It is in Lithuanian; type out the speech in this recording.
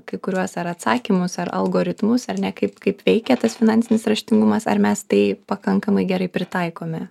kai kuriuos ar atsakymus ar algoritmus ar ne kaip kaip veikia tas finansinis raštingumas ar mes tai pakankamai gerai pritaikome